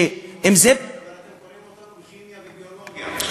שאם זה, אבל אתם קורעים אותנו בכימיה וביולוגיה.